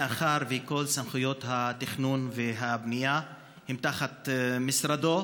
מאחר שכל סמכויות התכנון והבנייה הן תחת משרדו,